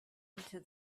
into